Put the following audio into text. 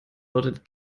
lautet